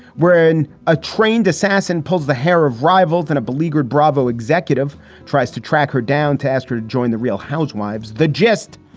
when a trained assassin pulls the hair of rivals in, a beleaguered bravo executive tries to track her down to ask her to join the real housewives. the gist?